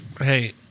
Hey